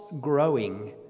growing